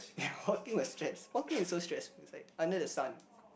walking is stress walking is so stress is like under the sun